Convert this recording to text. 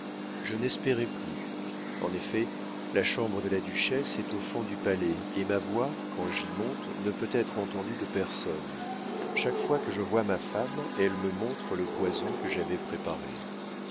je n'espérais plus en effet la chambre de la duchesse est au fond du palais et ma voix quand j'y monte ne peut être entendue de personne chaque fois que je vois ma femme elle me montre le poison que j'avais préparé